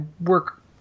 work